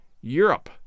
Europe